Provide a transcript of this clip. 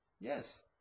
Yes